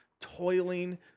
toiling